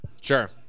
Sure